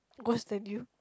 worse than you